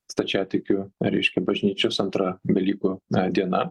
stačiatikių reiškia bažnyčios antra velykų na diena